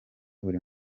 buri